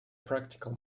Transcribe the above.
practical